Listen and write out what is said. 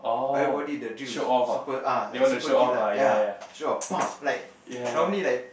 everybody the drill is super ah like super ya still got pam like normally like